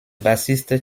bassiste